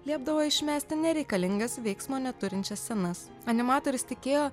liepdavo išmesti nereikalingas veiksmo neturinčias scenas animatorius tikėjo